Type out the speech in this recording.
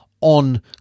on